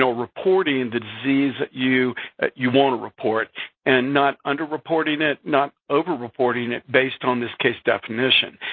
so reporting and the disease you you want to report and not under reporting it, not over reporting it based on this case definition.